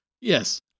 Yes